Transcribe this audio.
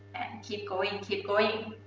and keep going, and keep going.